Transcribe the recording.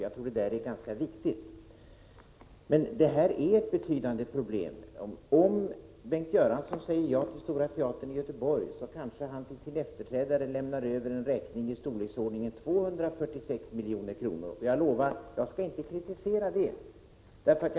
Jag tror att detta är ganska viktigt, men det medför betydande problem. Om Bengt Göransson säger ja till Stora teatern i Göteborg kanske han till sin efterträdare lämnar över en räkning i storleksordningen 246 milj.kr. Jag lovar att jag inte skall kritisera det.